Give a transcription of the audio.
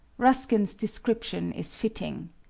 ruskin's description is fitting